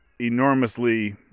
enormously